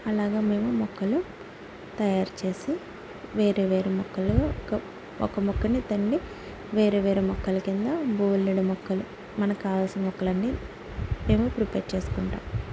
అలాగా మేము మొక్కలు తయారు చేసి వేరే వేరే మొక్కలు ఒక ఒక మొక్కని తన్నీ వేరే వేరే మొక్కల కింద బోలెడు మొక్కలు మనకు కావాల్సిన మొక్కలన్నీ మేము ప్రిపేర్ చేసుకుంటాం